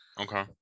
Okay